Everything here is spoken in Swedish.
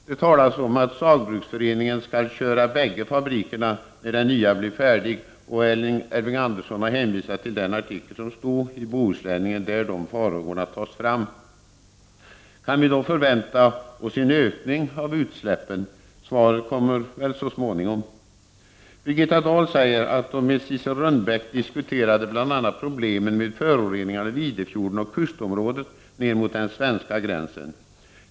Det talas om att Saugbrugsforeningen skall köra bägge fabrikerna när den nya blir färdig. Elving Andersson har hänvisat till artikeln i Bohuslänningen där dessa farhågor tas fram. Kan vi då förvänta oss en ökning av utsläppen? Svaret kommer väl så småningom. Birgitta Dahl säger att hon med Sissel Renbeck diskuterade bl.a. problemen med föroreningen av Idefjorden och kustområdet ned mot den svenska gränsen.